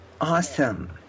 Awesome